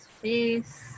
face